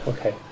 Okay